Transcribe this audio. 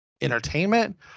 entertainment